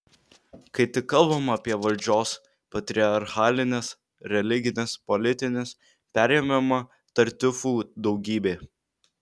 kai tik kalbama apie valdžios patriarchalinės religinės politinės perėmimą tartiufų daugybė